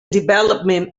development